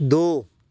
ਦੋ